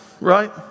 right